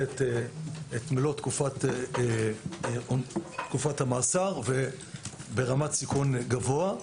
את תקופת המאסר והם ברמת סיכון גבוה.